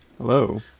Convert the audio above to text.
Hello